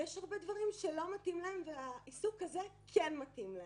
יש הרבה דברים שלא מתאימים להן והעיסוק הזה כן מתאים להן.